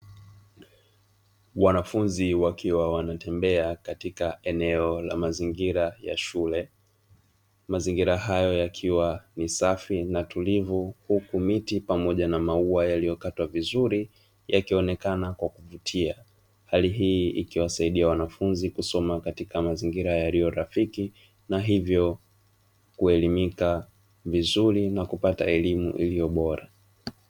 Wanafunzi wakiwa wanatembea katika eneo la mazingira ya shule. Mazingira haya yakiwa ni safi na tulivu, huku miti pamoja na maua yaliyokatwa vizuri yakionekana kwa kuvutia. Hali hii ikiwasaidia wanafunzi kusoma katika mazingira yaliyo rafiki na hivyo kuelimika vizuri na kupata elimu iliyo bora.